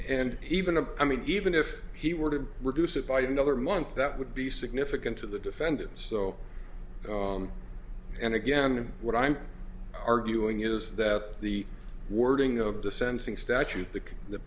and even to i mean even if he were to reduce it by another month that would be significant to the defendant so and again what i'm arguing is that the wording of the sensing statute that the